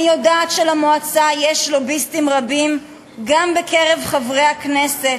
אני יודעת שלמועצה יש לוביסטים רבים גם בקרב חברי הכנסת,